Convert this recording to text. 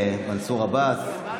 מנסור עבאס,